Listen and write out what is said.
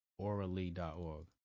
AuraLee.org